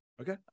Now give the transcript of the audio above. Okay